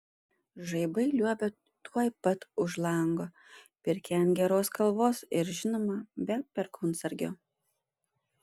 žaibai liuobia tuoj pat už lango pirkia ant geros kalvos ir žinoma be perkūnsargio